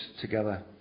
together